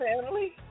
family